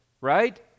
right